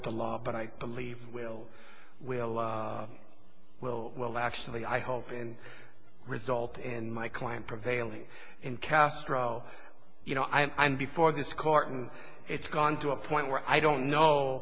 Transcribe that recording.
the law but i believe will will will well actually i hope and result in my client prevailing in castro you know i'm before this court it's gone to a point where i don't know